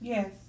Yes